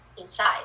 inside